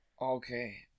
Okay